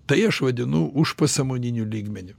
tai aš vadinu užpasąmoniniu lygmeniu